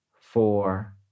four